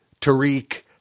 Tariq